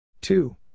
two